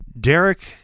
Derek